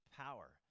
power